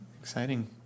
Exciting